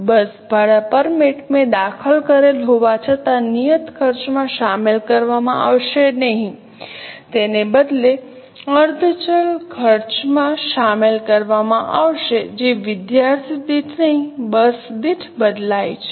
બસ ભાડા પરમિટ મેં દાખલ કરેલ હોવા છતાં નિયત ખર્ચમાં શામેલ કરવામાં આવશે નહીં તેને બદલે અર્ધ ચલ ખર્ચમાં શામેલ કરવામાં આવશે જે વિદ્યાર્થી દીઠ નહીં બસ દીઠ બદલાય છે